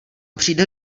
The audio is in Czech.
přijde